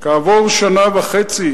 כעבור שנה וחצי